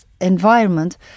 environment